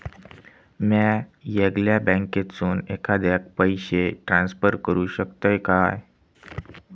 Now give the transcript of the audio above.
म्या येगल्या बँकेसून एखाद्याक पयशे ट्रान्सफर करू शकतय काय?